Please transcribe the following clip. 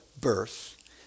birth